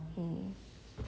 mm